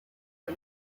are